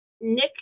Nick